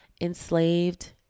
enslaved